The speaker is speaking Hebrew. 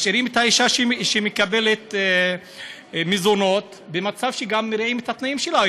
משאירים את האישה שמקבלת מזונות במצב שמרעים את התנאים שלה,